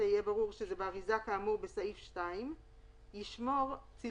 אם שיעורו פחות מ-5 מיליגרם ב-100 גרם יסומן לצידו אפס.